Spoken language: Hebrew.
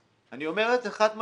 אני אומר את זה חד משמעי,